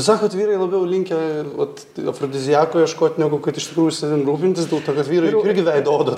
sakot vyrai labiau linkę vat afrodiziako ieškot negu kad iš tikrųjų savim rūpintis dėl to kad vyrai juk irgi veido odą